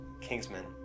Kingsman